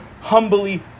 humbly